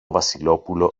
βασιλόπουλο